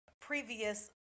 previous